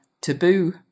taboo